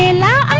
and la